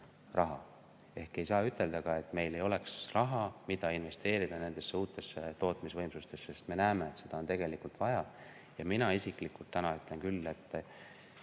Ehk ei saa ütelda ka seda, et meil ei ole raha, mida investeerida nendesse uutesse tootmisvõimsustesse, sest me näeme, et seda on tegelikult vaja. Ja mina isiklikult täna ütlen küll, et